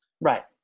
Right